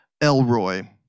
Elroy